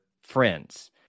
friends